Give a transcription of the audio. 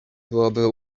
byłoby